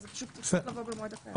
זה פשוט צריך לבוא במועד אחר.